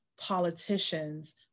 politicians